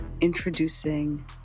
introducing